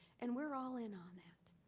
and we're all in on that.